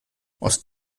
aus